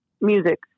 music